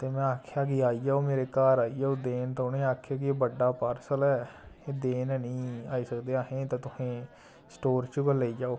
ते में आखेआ कि आई जाओ मेरे घर आई जाओ देन ते उ'नें आखेआ कि बड्डा पार्सल ऐ एह् देन निं आई सकदे अस ते तुस स्टोर चों गै लेई जाओ